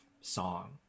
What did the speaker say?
song